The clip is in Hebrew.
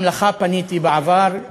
פניתי אליך בעבר,